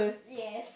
yes